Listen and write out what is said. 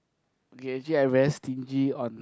okay actually I very stingy on